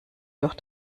durch